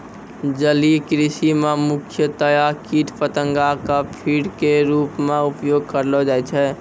जलीय कृषि मॅ मुख्यतया कीट पतंगा कॅ फीड के रूप मॅ उपयोग करलो जाय छै